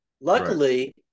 Luckily